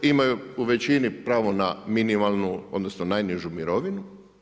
Imaju u većini pravo na minimalnu, odnosno najnižu mirovinu.